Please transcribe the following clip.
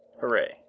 Hooray